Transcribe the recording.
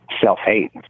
self-hate